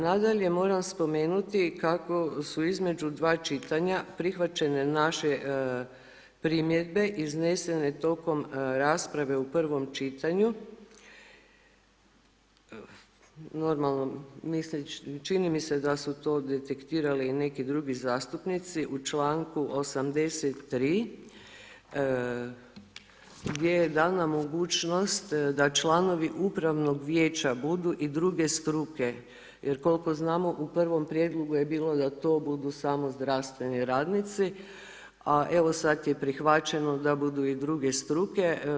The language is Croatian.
Nadalje, moram spomenuti kako su između dva čitanja prihvaćene naše primjedbe iznesene tokom rasprave u prvom čitanju normalno čini mi se da su to detektirali i neki drugi zastupnici u članku 83. gdje je dana mogućnost da članovi upravnog vijeća budu i druge struke, jer koliko znamo u prvom prijedlogu je bilo da to budu samo zdravstveni radnici, a evo sad je prihvaćeno da budu i druge struke.